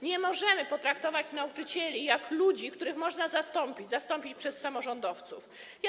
Nie możemy potraktować nauczycieli jak ludzi, których można zastąpić - zastąpić samorządowcami.